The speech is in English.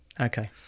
Okay